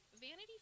Vanity